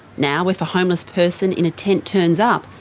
now if a homeless person in a tent turns up,